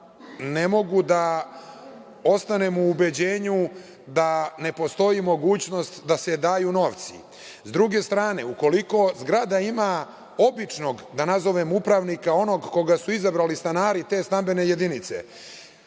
ne mogu da ostanem u ubeđenju da ne postoji mogućnost da se daju novci.S druge strane, ukoliko zgrada ima običnog, da nazovem, upravnika, onog koga su izabrali stanari te stambene jedinice,